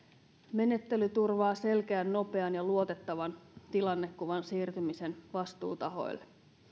menettely turvaa selkeän nopean ja luotettavan tilannekuvan siirtymisen vastuutahoille